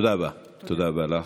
תודה רבה, תודה רבה לך.